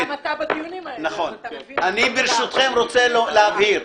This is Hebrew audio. ברשותכם, אני רוצה להבהיר.